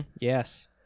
Yes